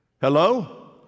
Hello